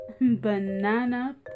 banana